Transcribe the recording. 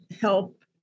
help